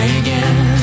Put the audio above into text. again